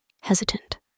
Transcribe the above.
hesitant